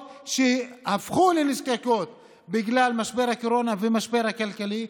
שהפכו נזקקות בגלל משבר הקורונה והמשבר הכלכלי,